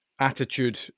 Attitude